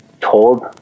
told